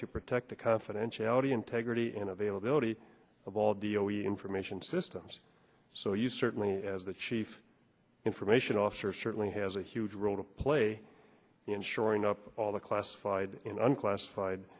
to protect the confidentiality integrity and availability of all the only information systems so you certainly as the chief information officer certainly has a huge role to play in shoring up all the classified unclassified